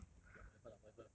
K lah whatever lah whatever